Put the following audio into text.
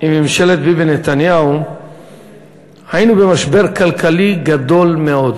עם ממשלת ביבי נתניהו היינו במשבר כלכלי גדול מאוד,